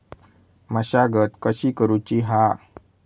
मशागत कशी करूची हा?